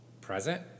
present